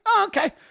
okay